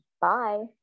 Bye